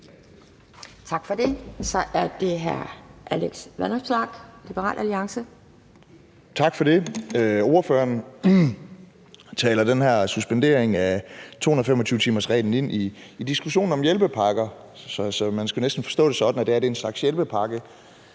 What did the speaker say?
Tak for det. Så er det hr. Alex Vanopslagh, Liberal Alliance. Kl. 10:05 Alex Vanopslagh (LA): Tak for det. Ordføreren taler den her suspendering af 225-timersreglen ind i diskussionen om hjælpepakker, så man skal næsten forstå det sådan, at det her er en slags hjælpepakke